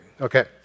Okay